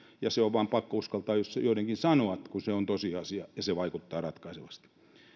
ja se on vain pakko uskaltaa joidenkin sanoa kun se on tosiasia ja se vaikuttaa ratkaisevasti